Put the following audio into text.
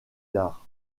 d’art